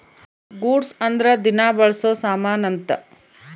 goods ಅಂದ್ರ ದಿನ ಬಳ್ಸೊ ಸಾಮನ್ ಅಂತ